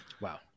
Wow